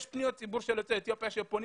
יש פניות ציבור של יוצאי אתיופיה שפונים